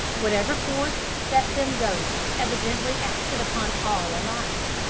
whatever force set them going evidently acted upon all alike.